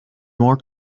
more